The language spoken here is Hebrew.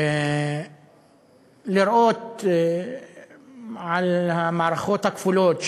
לראות את המערכות הכפולות: